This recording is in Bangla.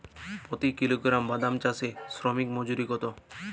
প্রতি কিলোগ্রাম বাদাম চাষে শ্রমিক মজুরি কত?